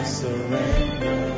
surrender